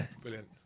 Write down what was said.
Brilliant